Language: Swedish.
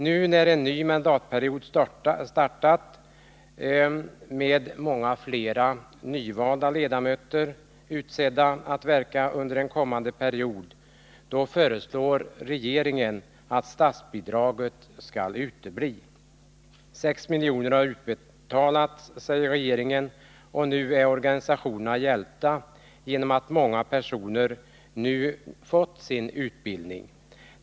Nu har en ny mandatperiod startat, och därmed har på flera håll nyvalda ledamöter utsetts att verka under den kommande perioden. I detta läge föreslår regeringen att statsbidraget skall utebli. 6 milj.kr. har betalats ut, säger regeringen, och nu är organisationerna hjälpta genom att många personer har fått sin utbildning.